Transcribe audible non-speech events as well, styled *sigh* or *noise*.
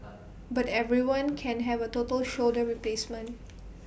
*noise* but everyone can have A total *noise* shoulder replacement *noise*